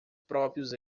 próprios